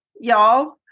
y'all